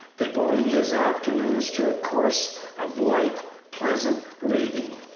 devoting his afternoons to a course of light, pleasant reading.